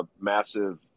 massive